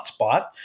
hotspot